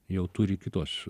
jau turi kitos